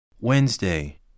Wednesday